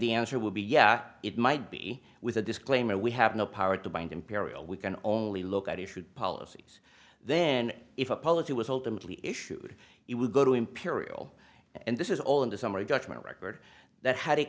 the answer would be yeah it might be with a disclaimer we have no power to bind imperial we can only look at issued policies then if a policy was ultimately issued it would go to imperial and this is all in the summary judgment record that had